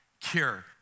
cure